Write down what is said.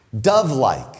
Dove-like